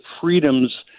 freedoms